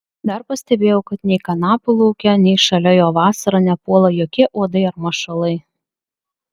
dar pastebėjau kad nei kanapių lauke nei šalia jo vasarą nepuola jokie uodai ar mašalai